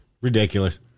Ridiculous